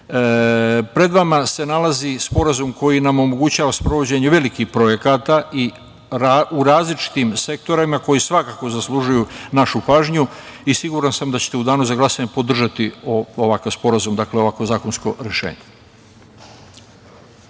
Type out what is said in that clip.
pred vama se nalazi sporazum koji nam omogućava sprovođenje velikih projekata u različitim sektorima koji svakako zaslužuju našu pažnju i siguran sam da ćete u danu za glasanje podržati ovakav sporazum, dakle ovakvo zakonsko rešenje.